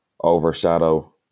overshadow